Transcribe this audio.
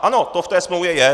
Ano, to v té smlouvě je.